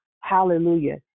Hallelujah